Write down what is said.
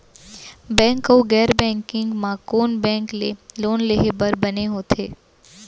Bank अऊ गैर banking म कोन बैंक ले लोन लेहे बर बने होथे?